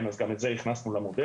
אז גם את זה הכנסנו למודל,